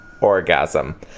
orgasm